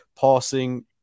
Passing